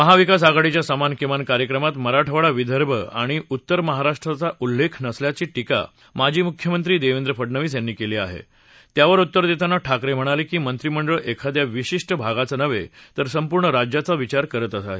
महाविकास आघाडीच्या समान किमान कार्यक्रमात मराठवाडा विदर्भ आणि उत्तर महाराष्ट्राचा उल्लेख नसल्याची टीका माजी मुख्यमंत्री देवेंद्र फडनवीस यांनी केली आहे त्यावर उत्तर देताना ठाकरे म्हणाले की मंत्रीमंडळ एखाद्या विशिष्ट भागाचा नव्हे तर संपूर्ण राज्याचा विचार करत आहे